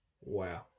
Wow